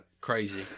crazy